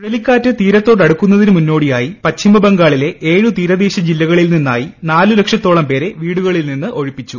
ചുഴലിക്കാറ്റ് തീരത്തോട് അടുക്കുന്നതിന് മുന്നോടിയായി പശ്ചിമബംഗാളിലെ ഏഴ് ത്യൂരദ്ദേശ ജില്ലകളിൽ നിന്നായി നാല് ലക്ഷത്തോളം പേരെ ്വീടുകളിൽ നിന്ന് ഒഴിപ്പിച്ചു